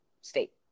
state